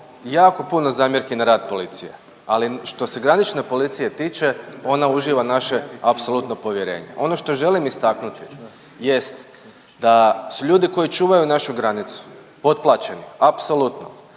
jako puno zamjerki na rad policije, ali što se granične policije tiče ona uživa naše apsolutno povjerenje. Ono što želim istaknuti jest da su ljudi koji čuvaju našu granicu potplaćeni apsolutno,